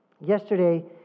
Yesterday